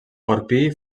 orpí